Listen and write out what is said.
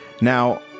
Now